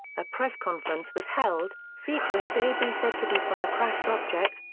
a press conference was held, featuring debris said to be from the crashed object,